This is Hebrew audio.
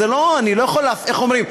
איך אומרים,